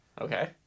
Okay